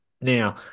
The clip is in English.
Now